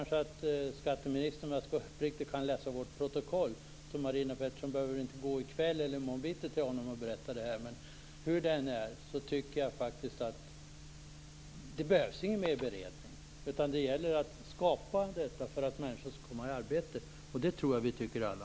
Skatteministern kan läsa protokollet, så Marina Pettersson behöver inte gå till honom i kväll eller i morgon bitti och berätta det här. Men jag tycker inte att det behövs någon mer beredning. Det gäller att skapa denna möjlighet för att människor skall komma i arbete, och det tror jag att vi tycker alla.